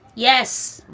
yes.